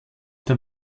der